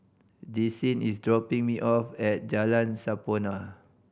Desean is dropping me off at Jalan Sampurna